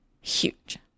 Huge